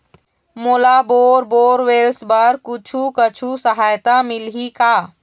मोला bore borewells बर कुछू कछु सहायता मिलही का?